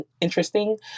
interesting